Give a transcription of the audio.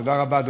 תודה רבה.